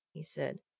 he said.